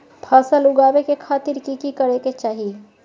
फसल उगाबै के खातिर की की करै के चाही?